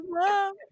love